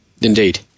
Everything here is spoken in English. Indeed